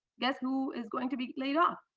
guess who is going to be laid off?